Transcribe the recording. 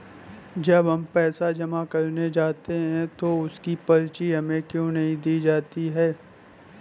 जब हम पैसे जमा करने जाते हैं तो उसकी पर्ची हमें क्यो नहीं दी जाती है?